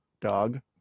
Dog